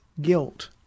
guilt